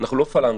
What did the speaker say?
אנחנו לא פלנגות.